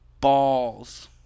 balls